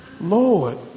Lord